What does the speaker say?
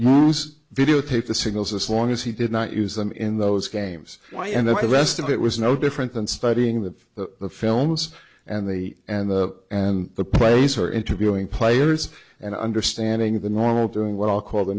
use videotape the signals as long as he did not use them in those games why and if the rest of it was no different than studying the films and the and the and the plays or interviewing players and understanding the normal doing what i'll call the